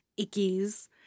ickies